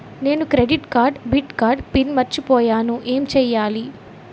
నేను credit card debit card PIN మర్చిపోయేను ఎం చెయ్యాలి?